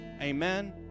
Amen